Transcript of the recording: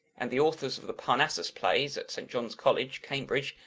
and the authors of the parnassus plays at st john's college, cambridge,